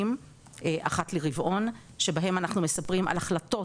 אחת לרבעון שבהם אנחנו מספרים על החלטות,